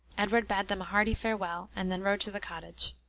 edward bade them a hearty farewell, and then rode to the cottage.